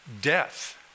death